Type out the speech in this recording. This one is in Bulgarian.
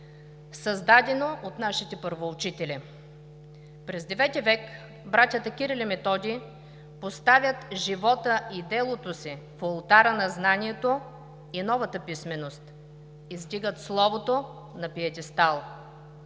създадено от нашите първоучители. През IX век братята Кирил и Методий поставят живота и делото си в олтара на знанието и новата писменост, издигат словото на пиедестал,